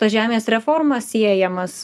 tos žemės reforma siejamas